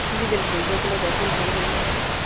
जी बिल्कुल दो किलो जैस्मिन पहुँच जाएंगे आपके पास